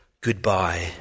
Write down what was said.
goodbye